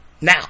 Now